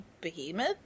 behemoth